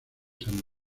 san